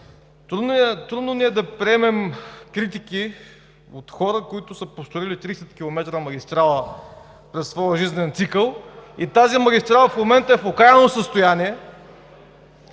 трудно ни е да приемем критики от хора, които са построили 30 км магистрала за своя жизнен цикъл, и тази магистрала в момента е в окаяно състояние.